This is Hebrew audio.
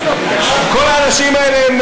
כל האנשים האלה,